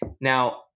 Now